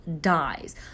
dies